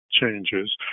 changes